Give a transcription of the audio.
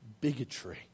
bigotry